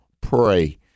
pray